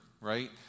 right